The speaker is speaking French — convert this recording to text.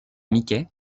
mickey